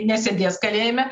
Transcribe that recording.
nesėdės kalėjime